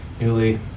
newly